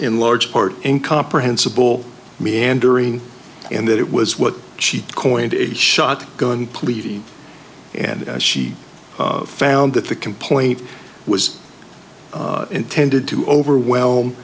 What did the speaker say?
in large part incomprehensible meandering and that it was what she coing a shot gun pleading and she found that the complaint was intended to overwhelm